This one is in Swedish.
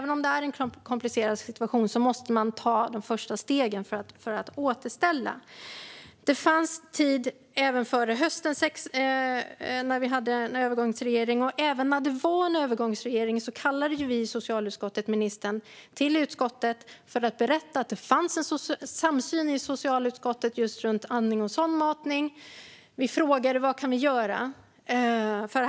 Även om det är en komplicerad situation måste man ta de första stegen för att återställa assistansersättningen. Det fanns tid även förra hösten när vi hade en övergångsregering. Även när det var en övergångsregering kallade vi i socialutskottet ministern till utskottet för att berätta att det fanns en samsyn i utskottet om just andning och sondmatning. Vi frågade vad vi kunde göra.